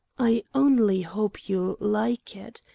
i only hope you'll like it.